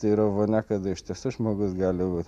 tai yra vonia kada iš tiesų žmogus gali būt